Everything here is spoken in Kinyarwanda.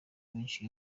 menshi